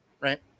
Right